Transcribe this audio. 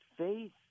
Faith